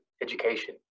education